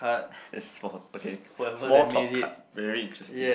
it's for okay small talk card very interesting